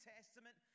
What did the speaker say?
Testament